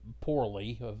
poorly